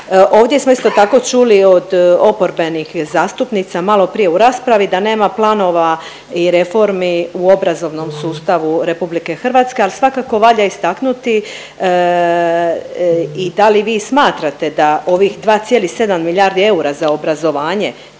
Ovdje smo isto tako čuli od oporbenih zastupnica malo prije u raspravi da nema planova i reformi u obrazovnom sustavu RH, ali svakako valja istaknuti i da li vi smatrate da ovih 2,7 milijardi eura za obrazovanje